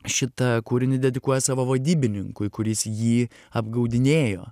šitą kūrinį dedikuoja savo vadybininkui kuris jį apgaudinėjo